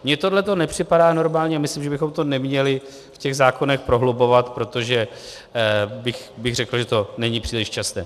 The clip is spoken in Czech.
Mně tohleto nepřipadá normální a myslím, že bychom to neměli v těch zákonech prohlubovat, protože bych řekl, že to není příliš časté.